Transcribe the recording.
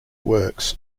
works